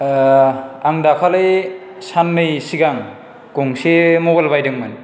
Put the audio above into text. आं दाखालि साननै सिगां गंसे मबाइल बायदोंमोन